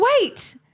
Wait